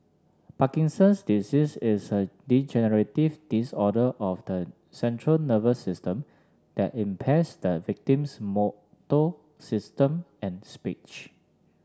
Parkinson's disease is a degenerative disorder of the central nervous system that impairs the victim's motor system and speech